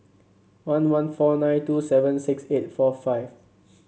one one four nine two seven six eight four five